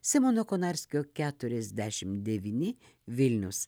simono konarskio keturiasdešim devyni vilnius